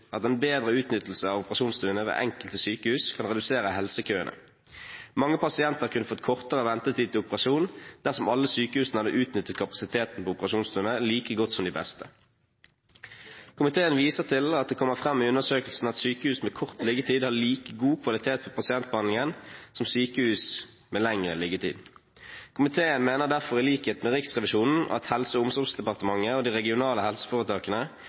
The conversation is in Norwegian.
at en bedre utnyttelse av operasjonsstuene ved enkelte sykehus kan redusere helsekøene. Mange pasienter kunne fått kortere ventetid til operasjon dersom alle sykehusene hadde utnyttet kapasiteten på operasjonsstuene like godt som de beste. Komiteen viser til at det kommer fram i undersøkelsen at sykehus med kort liggetid har like god kvalitet på pasientbehandlingen som sykehus med lengre liggetid. Komiteen mener derfor i likhet med Riksrevisjonen at Helse- og omsorgsdepartementet og de regionale helseforetakene